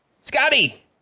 Scotty